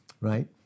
right